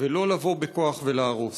ולא לבוא בכוח ולהרוס.